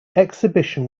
exhibition